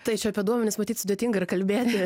tai čia apie duomenis matyt sudėtinga ir kalbėti